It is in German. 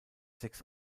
sechs